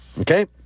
Okay